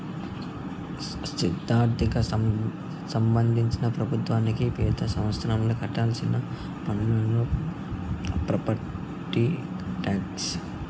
స్థిరాస్తికి సంబంధించి ప్రభుత్వానికి పెతి సంవత్సరం కట్టాల్సిన పన్ను ప్రాపర్టీ టాక్స్